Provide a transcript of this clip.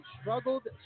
struggled